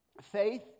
Faith